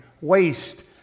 waste